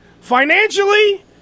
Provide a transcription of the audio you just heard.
Financially